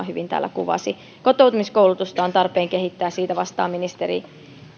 hyvin täällä kuvasi kotoutumiskoulutusta on tarpeen kehittää siitä vastaa ministeri